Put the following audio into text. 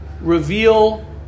reveal